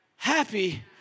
Happy